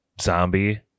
zombie